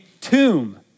tomb